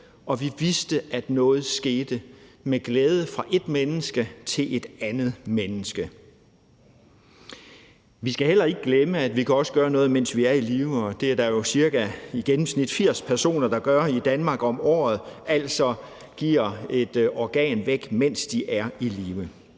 og vi vidste, at noget skete – med glæde – fra ét menneske til et andet menneske. Vi skal heller ikke glemme, at vi også kan gøre noget, mens vi er i live, og det er der jo i gennemsnit ca. 80 personer der gør i Danmark om året, altså giver et organ væk, mens de er i live.